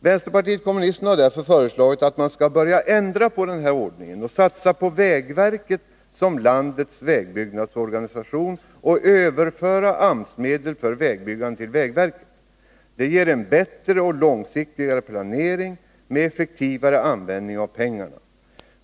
Vänsterpartiet kommunisterna har därför föreslagit att man skall börja ändra på denna ordning — satsa på vägverket som landets vägbyggnadsorganisation och överföra AMS-medel för vägbyggande till vägverket. Det ger en bättre och långsiktigare planering med effektivare användning av pengarna.